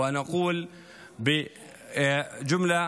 ואומר משפט: